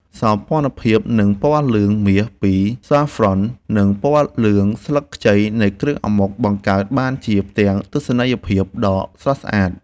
សោភ័ណភាពនៃពណ៌លឿងមាសពីសាហ្វ្រ៉ន់ និងពណ៌លឿងស្លឹកខ្ចីនៃគ្រឿងអាម៉ុកបង្កើតបានជាផ្ទាំងទស្សនីយភាពដ៏ស្រស់ស្អាត។